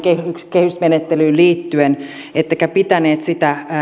kehysmenettelyyn liittyen ettette pitänyt sitä